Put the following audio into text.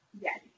Yes